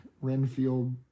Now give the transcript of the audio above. Renfield